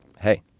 hey